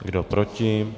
Kdo proti?